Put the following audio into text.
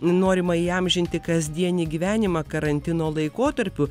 nu norima įamžinti kasdienį gyvenimą karantino laikotarpiu